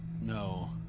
No